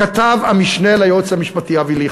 כתב המשנה ליועץ המשפטי אבי ליכט,